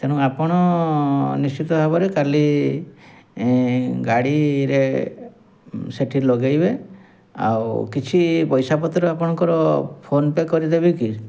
ତେଣୁ ଆପଣ ନିଶ୍ଚିତ ଭାବରେ କାଲି ଗାଡ଼ିରେ ସେଇଠି ଲଗାଇବେ ଆଉ କିଛି ପଇସା ପତ୍ର ଆପଣଙ୍କର ଫୋନ୍ପେ କରିଦେବେ କି